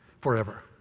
forever